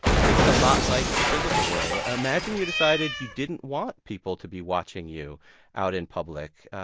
i think it's a lot like the physical world. imagine you decided you didn't want people to be watching you out in public.